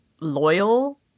loyal